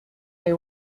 they